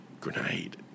grenade